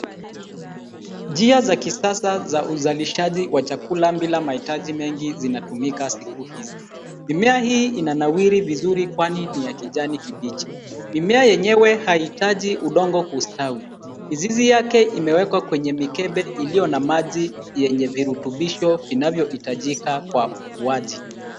Njia za kisasa za uzalishaji wa chakula bila mahitaji mengi zinatumika siku hizi. Mimea hii inanawiri vizuri kwani ni ya kijani kibichi. Mimea enyewe haihitaji udongo kustawi. Mizizi yake imewekwa kwenye mikebe iliyo na maji yenye virutubisho vinavyohitajika kwa ukuaji.